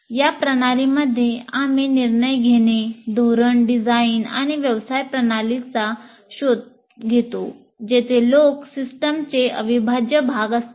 या प्रणालींमध्ये आम्ही निर्णय घेणे धोरण डिझाइन आणि व्यवसाय प्रणाली शोधतो जेथे लोक सिस्टमचे अविभाज्य भाग असतात